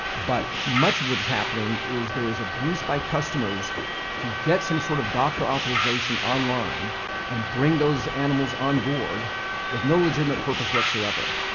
but much of what is happening is there is abuse by customers who get some sort of doctor authorization online and bring those animals on board with no legitimate purpose whatsoever.